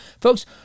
folks